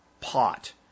pot